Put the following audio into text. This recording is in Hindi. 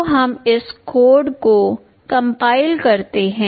तो हम इस कोड को कंपाइल करते हैं